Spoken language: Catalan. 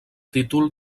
títol